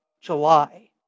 July